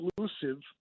exclusive